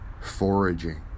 foraging